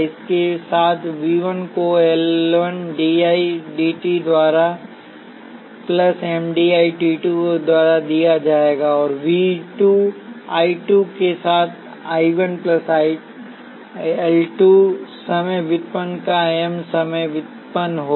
इसके साथ V 1 को L 1 dI 1 द्वारा dt M dI 2 और dt द्वारा दिया जाएगा और V 2 I 2 के I 1 L 2 समय व्युत्पन्न का M समय व्युत्पन्न होगा